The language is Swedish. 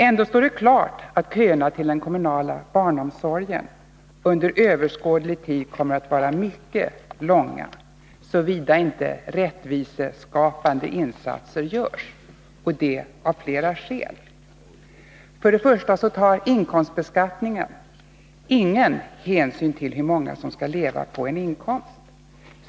Ändå står det klart att köerna till den kommunala barnomsorgen under överskådlig tid kommer att vara mycket långa, såvida inte rättviseskapande insatser görs, och det av flera skäl. Först och främst tar inkomstbeskattningen i dag ingen hänsyn till hur många som skall leva på en inkomst.